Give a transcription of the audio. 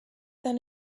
then